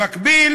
במקביל